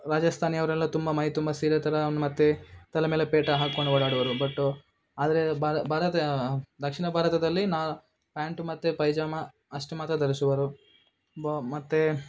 ರಾಜಸ್ತಾನಿಯವರೆಲ್ಲ ತುಂಬ ಮೈ ತುಂಬ ಸೀರೆ ಥರ ಮತ್ತು ತಲೆಮೇಲೆ ಪೇಟ ಹಾಕೊಂಡು ಓಡಾಡುವವರು ಬಟ್ಟು ಆದರೆ ಬಾರ ಭಾರತ ದಕ್ಷಿಣ ಭಾರತದಲ್ಲಿ ನಾ ಪ್ಯಾಂಟ್ ಮತ್ತು ಪೈಜಾಮ ಅಷ್ಟು ಮಾತ್ರ ಧರಿಸುವರು ಬ ಮತ್ತು